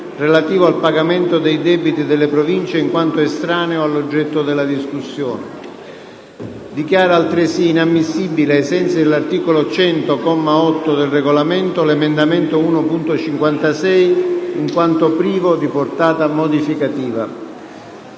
relativo al pagamento dei debiti delle Province, in quanto estraneo all'oggetto della discussione. Dichiara altresì inammissibile, ai sensi dell'articolo 100, comma 8, del Regolamento, l'emendamento 1.56, in quanto privo di portata modificativa.